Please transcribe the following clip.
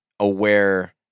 aware